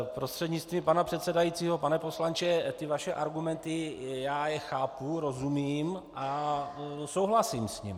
Prostřednictvím paní předsedající pane poslanče, ty vaše argumenty, já je chápu, rozumím a souhlasím s nimi.